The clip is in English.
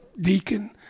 deacon